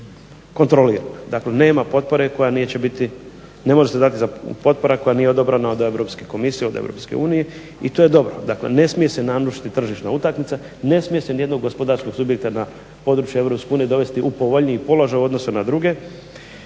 ne može se dati potpora koja nije odobrena od EU komisije od EU i to je dobro. Dakle ne smije se narušiti tržišna utakmica, ne smije se nijedno gospodarskog subjekta na području EU dovesti u povoljniji položaj u odnosu na druge